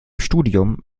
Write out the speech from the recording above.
studium